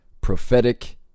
Prophetic